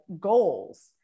goals